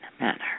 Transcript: manner